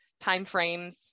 timeframes